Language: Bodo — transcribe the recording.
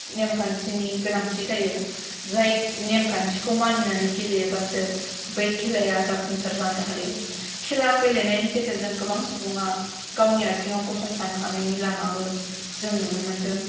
नेमखान्थिनि गोनांथि जायो जाय नेमखान्थिखौ मानिनानै गेलेयोबासो बै खेलाया जाफुंसार जानो हायो खेला गेलेनायनि गेजेरजों गोबां सुबुङा गावनि आथिङाव गसंथानो हानायनि लामाबो जों नुनो मोन्दों